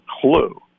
clue